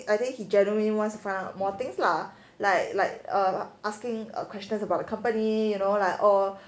I think he genuinely wants to find out more things lah like like err asking err questions about the company oh